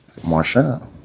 Marshawn